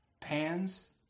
pans